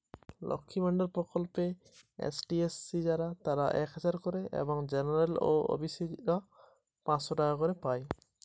লক্ষ্মীর ভান্ডার প্রকল্পে মাসিক কত টাকা পাব?